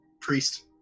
Priest